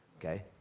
Okay